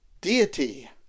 deity